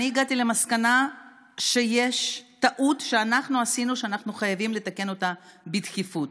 אני הגעתי למסקנה שיש טעות שעשינו ואנחנו חייבים לתקן אותה בדחיפות.